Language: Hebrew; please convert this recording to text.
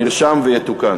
נרשם ויתוקן.